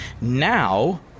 Now